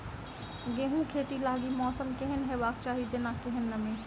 गेंहूँ खेती लागि मौसम केहन हेबाक चाहि जेना केहन नमी?